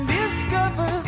discover